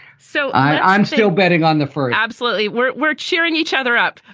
so i'm still betting on the four absolutely. we're we're cheering each other up.